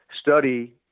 study